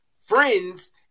friends